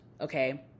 okay